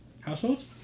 households